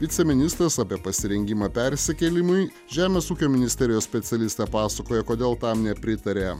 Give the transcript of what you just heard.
viceministras apie pasirengimą persikėlimui žemės ūkio ministerijos specialistė pasakoja kodėl tam nepritaria